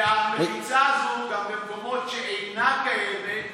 האם תחשוש להפעיל סנקציות